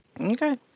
Okay